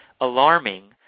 alarming